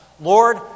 Lord